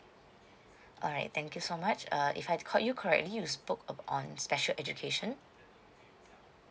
alright thank you so much err if I call you correctly you spoke a on special education